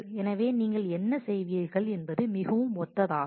எனவே நீங்கள் என்ன செய்வீர்கள் என்பது மிகவும் ஒத்ததாகும்